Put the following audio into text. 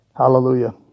Hallelujah